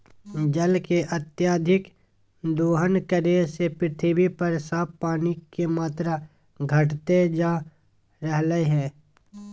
जल के अत्यधिक दोहन करे से पृथ्वी पर साफ पानी के मात्रा घटते जा रहलय हें